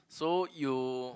so you